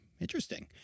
Interesting